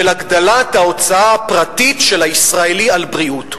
של הגדלת ההוצאה הפרטית של הישראלי על בריאות.